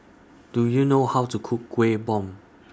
Do YOU know How to Cook Kueh Bom